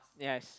yes